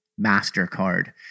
MasterCard